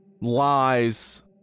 lies